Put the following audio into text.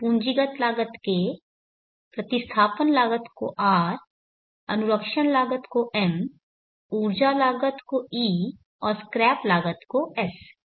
पूंजीगत लागत K प्रतिस्थापन लागत को R अनुरक्षण लागत को M ऊर्जा लागत को E और स्क्रैप लागत को S